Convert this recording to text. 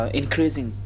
increasing